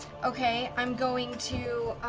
okay, i'm going to